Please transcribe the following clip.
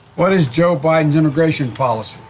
what is joe biden's immigration policy?